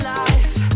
life